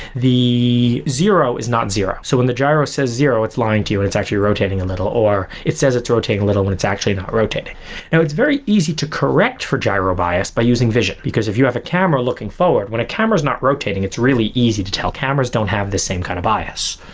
the zero is not zero. so when the gyro says zero, it's lying to you. it's actually rotating a little, or it says it's rotating a little when it's actually not rotating now it's very easy to correct for gyro bias by using vision, because if you have a camera looking forward, when a camera's not rotating, it's really easy to tell cameras don't have the same kind of bias.